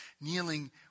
kneeling